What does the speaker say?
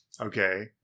Okay